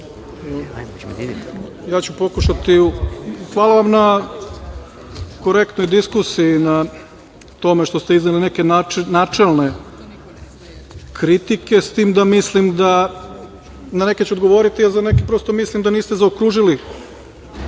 Hvala vam na korektnoj diskusiji, na tome što ste izneli neke načelne kritike, s tim da mislim da… Na neke ću odgovoriti, a za neke mislim da niste zaokružili